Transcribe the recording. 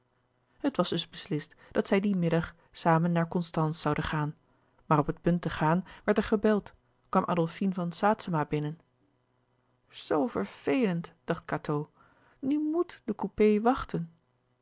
het was dus beslist dat zij dien middag samen naar constance zouden gaan maar op het punt te gaan werd er gebeld kwam adolfine van saetzema binnen zoo vervelend dacht cateau nu m o e t de coupé wachten